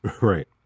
Right